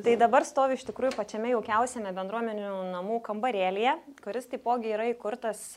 tai dabar stoviu iš tikrųjų pačiame jaukiausiame bendruomenių namų kambarėlyje kuris taipogi yra įkurtas